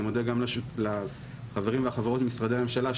אני מודה גם לחברים ולחברות ממשרדי הממשלה,